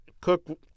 Cook